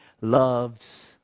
loves